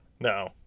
No